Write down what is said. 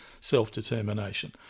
self-determination